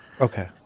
Okay